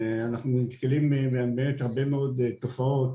אנחנו מכירים הרבה תופעות